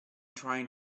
trying